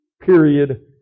period